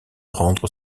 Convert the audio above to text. rendre